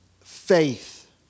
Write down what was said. faith